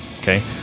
Okay